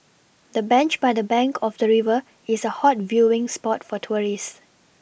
the bench by the bank of the river is a hot viewing spot for tourists